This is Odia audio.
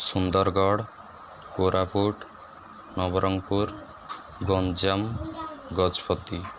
ସୁନ୍ଦରଗଡ଼ କୋରାପୁଟ ନବରଙ୍ଗପୁର ଗଞ୍ଜାମ ଗଜପତି